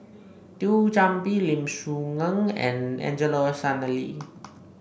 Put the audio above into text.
Thio Chan Bee Lim Soo Ngee and Angelo Sanelli